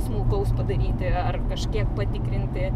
smulkaus padaryti ar kažkiek patikrinti